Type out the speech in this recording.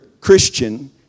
Christian